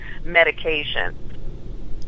medication